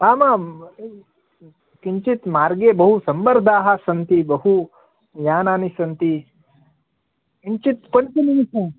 आम् आम् किञ्चित् मार्गे बहुसम्मर्दाः सन्ति बहुयानानि सन्ति किञ्चित्